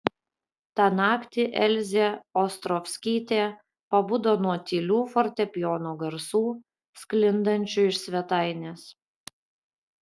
tą naktį elzė ostrovskytė pabudo nuo tylių fortepijono garsų sklindančių iš svetainės